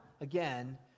again